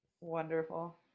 Wonderful